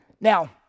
Now